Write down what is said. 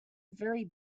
very